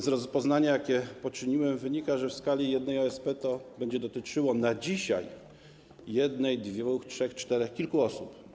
Z rozpoznania, jakie poczyniłem, wynika, że w skali jednej OSP to będzie dotyczyło na dzisiaj jednej osoby, dwóch, trzech, czterech, kilku osób.